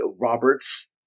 Roberts